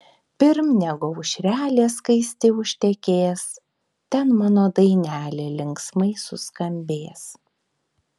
pirm negu aušrelė skaisti užtekės ten mano dainelė linksmai suskambės